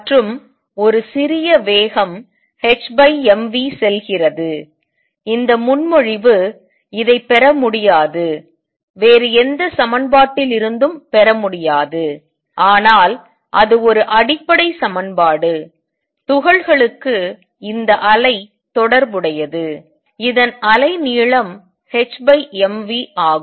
மற்றும் ஒரு சிறிய வேகம் hmv செல்கிறது இந்த முன்மொழிவு இதை பெற முடியாது வேறு எந்த சமன்பாட்டில் இருந்தும் பெற முடியாது ஆனால் அது ஒரு அடிப்படை சமன்பாடு துகள்களுக்கு இந்த அலை தொடர்புடையது இதன் அலை நீளம் h mv ஆகும்